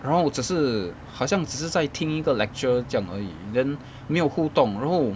然后只是好像只是在听一个 lecture 这样而已 then 没有互动然后